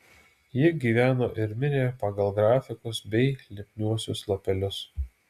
ji gyveno ir mirė pagal grafikus bei lipniuosius lapelius